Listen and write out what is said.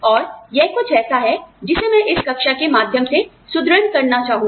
और यह कुछ ऐसा है जिसे मैं इस कक्षा के माध्यम से सुदृढ़ करना चाहूँगी